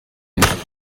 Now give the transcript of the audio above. yagiranye